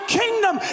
kingdom